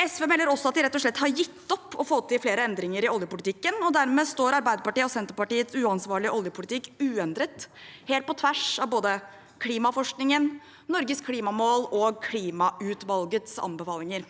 SV melder også at de rett og slett har gitt opp å få til flere endringer i oljepolitikken. Dermed står Arbeiderpartiet og Senterpartiets uansvarlige oljepolitikk uendret, helt på tvers av både klimaforskningen, Norges klimamål og klimautvalgets anbefalinger.